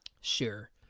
Sure